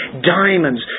diamonds